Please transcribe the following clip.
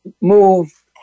move